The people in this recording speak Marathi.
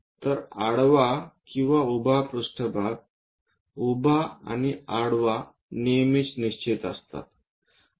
तर आडवा आणि उभा पृष्ठभाग उभा आणि आडवा नेहमीच निश्चित असतात